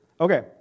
Okay